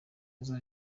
meza